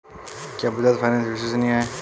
क्या बजाज फाइनेंस विश्वसनीय है?